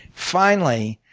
finally,